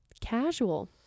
Casual